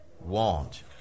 want